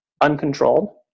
uncontrolled